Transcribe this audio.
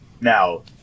Now